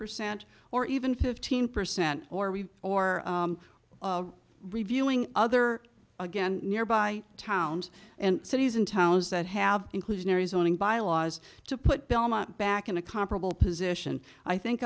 percent or even fifteen percent or we or reviewing other again nearby towns and cities and towns that have inclusionary zoning bylaws to put belmont back in a comparable position i think